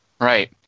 Right